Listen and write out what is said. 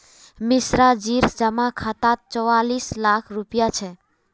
मिश्राजीर जमा खातात चौवालिस लाख रुपया छ